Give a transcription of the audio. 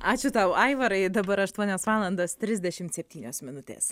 ačiū tau aivarai dabar aštuonios valandos trisdešimt septynios minutės